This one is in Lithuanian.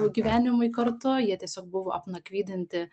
gyvenimui kartu jie tiesiog buvo apnakvydinti